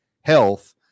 Health